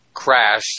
crash